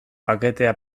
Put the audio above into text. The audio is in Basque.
paketea